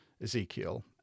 ezekiel